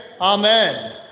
Amen